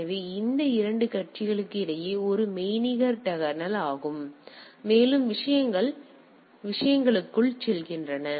எனவே இது இந்த 2 கட்சிகளுக்கிடையில் ஒரு மெய்நிகர் டனல் ஆகும் மேலும் விஷயங்கள் விஷயங்களுக்குச் செல்கின்றன